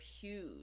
huge